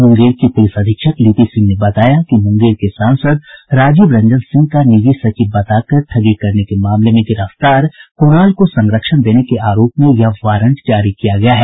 मूंगेर की पूलिस अधीक्षक लिपि सिंह ने बताया कि मूंगेर के सांसद राजीव रंजन सिंह का निजी सचिव बताकर ठगी करने के मामले में गिरफ्तार कृणाल को संरक्षण देने के आरोप में यह वारंट जारी किया गया है